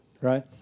right